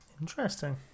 Interesting